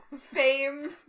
famed